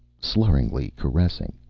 slurringly caressing,